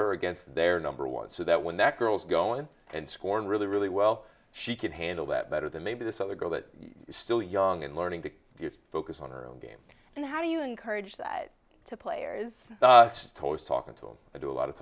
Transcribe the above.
her against their number one so that when that girl's going and scorn really really well she can handle that better than maybe this other girl that is still young and learning to focus on her own game and how do you encourage that to play or is toast talking to do a lot of